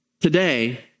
today